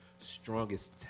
strongest